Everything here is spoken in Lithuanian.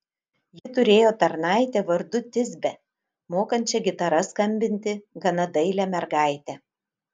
ji turėjo tarnaitę vardu tisbę mokančią gitara skambinti gana dailią mergaitę